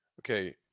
Okay